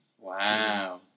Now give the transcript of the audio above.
Wow